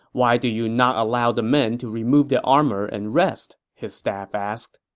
why do you not allow the men to remove their armor and rest? his staff asked